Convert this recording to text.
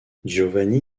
giovanni